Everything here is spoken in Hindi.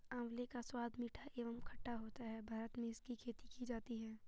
आंवले का स्वाद मीठा एवं खट्टा होता है भारत में इसकी खेती की जाती है